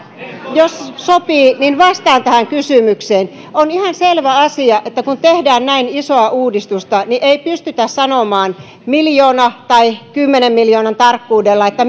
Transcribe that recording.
jos sopii niin vastaan tähän kysymykseen on ihan selvä asia että kun tehdään näin isoa uudistusta niin ei pystytä sanomaan miljoonan tai kymmenen miljoonan tarkkuudella